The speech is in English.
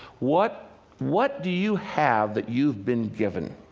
what what do you have that you've been given?